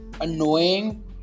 annoying